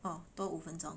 哦多五分钟